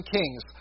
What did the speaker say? kings